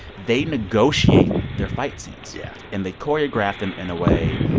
they negotiate their fight scenes yeah and they choreograph them in a way.